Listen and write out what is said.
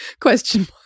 question